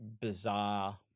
bizarre